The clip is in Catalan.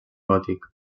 gòtic